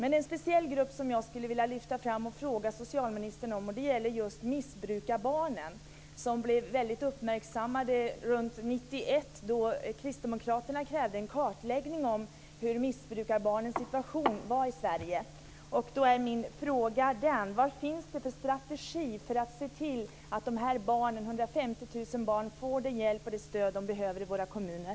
En speciell grupp som jag skulle vilja lyfta fram och fråga socialministern om är just missbrukarbarnen, som blev väldigt uppmärksammade runt 1991 då kristdemokraterna krävde en kartläggning av missbrukarbarnens situation i Sverige. Då är min fråga: 150 000 barn får den hjälp och det stöd som de behöver av våra kommuner?